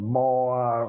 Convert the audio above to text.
more